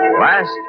Last